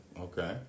Okay